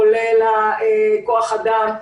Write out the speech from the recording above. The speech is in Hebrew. כולל כוח האדם,